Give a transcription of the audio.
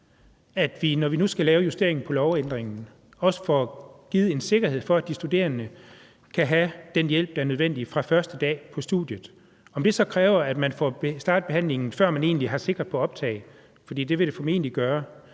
at vi, når vi nu skal lave justeringen i form af lovændringen, også får givet en sikkerhed for, at de studerende kan få den hjælp, der er nødvendig, fra første dag på studiet, om det så kræver, at man får startet behandlingen, før man egentlig er sikker på at blive optaget – for det vil det formentlig gøre.